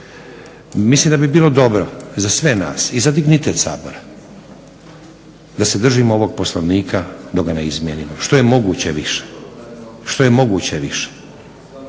Mislim da bi bilo dobro za sve nas i za dignitet Sabora da se držimo ovog Poslovnika dok ga ne izmijenimo, što je moguće više. Bit će nam svima